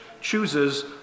chooses